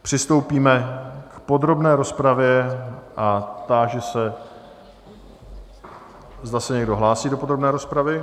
Přistoupíme k podrobné rozpravě a táži se, zda se někdo hlásí do podrobné rozpravy?